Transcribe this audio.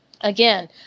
Again